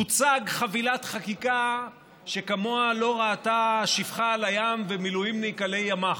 תוצג חבילת חקיקה שכמוה לא ראתה שפחה על הים ומילואימניק עלי ימ"ח.